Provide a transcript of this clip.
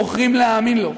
בוחרים להאמין לו.